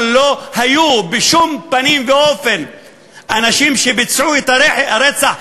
אבל לא היו בשום פנים ואופן אנשים שביצעו את הרצח,